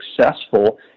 successful